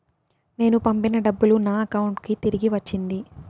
నేను పంపిన డబ్బులు నా అకౌంటు కి తిరిగి వచ్చింది